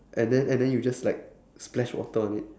and then and then you just like splash water on it